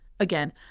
Again